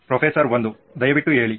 professor 1 ದಯವಿಟ್ಟು ಹೇಳಿ